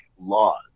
laws